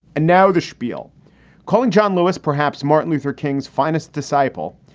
and now the spiel calling john lewis, perhaps martin luther king's finest disciple,